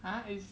!huh! is